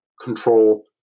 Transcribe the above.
control